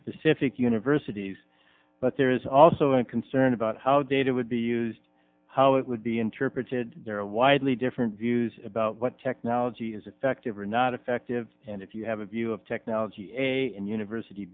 specific universities but there is also a concern about how data would be used how it would be interpreted there are widely different views about what technology is if active or not effective and if you have a view of technology a university